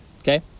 Okay